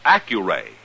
Accuray